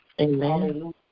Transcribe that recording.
Amen